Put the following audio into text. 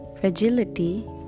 fragility